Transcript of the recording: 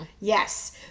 Yes